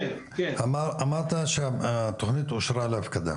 אמרת שהתכנית אושרה להפקדה